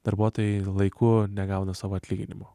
darbuotojai laiku negauna savo atlyginimo